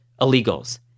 illegals